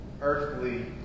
earthly